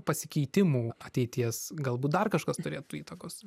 pasikeitimų ateities galbūt dar kažkas turėtų įtakos